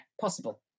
possible